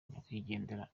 nyakwigendera